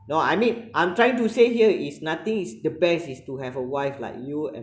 no I mean I'm trying to say here is nothing is the best is to have a wife like you and